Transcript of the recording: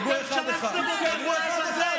אתם שלחתם אותם לעזאזל,